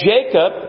Jacob